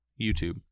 YouTube